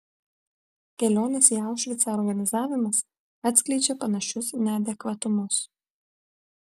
kelionės į aušvicą organizavimas atskleidžia panašius neadekvatumus